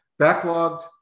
backlogged